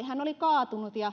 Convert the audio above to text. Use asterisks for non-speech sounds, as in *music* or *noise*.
*unintelligible* hän oli kaatunut ja